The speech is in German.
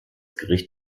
gericht